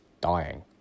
dying